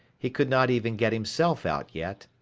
he could not even get himself out, yet,